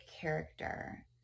character